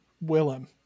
Willem